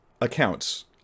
accounts